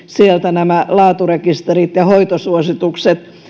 sieltä erityisesti nämä laaturekisterit ja hoitosuositukset